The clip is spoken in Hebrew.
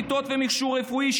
מיטות ומכשור רפואי,